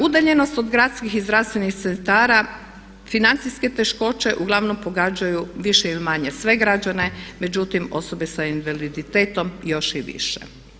Udaljenost od gradskih i zdravstvenih centara, financijske teškoće uglavnom pogađaju više ili manje sve građane međutim osobe s invaliditetom još i više.